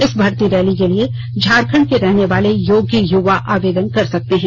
इस भर्ती रैली के लिए झारखंड के रहनेवाले योग्य युवा आवेदन कर सकते हैं